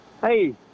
Hey